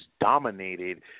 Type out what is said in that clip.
dominated